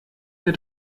der